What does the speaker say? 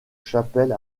chapelle